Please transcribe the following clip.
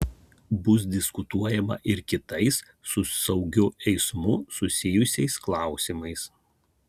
bus diskutuojama ir kitais su saugiu eismu susijusiais klausimais